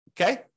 okay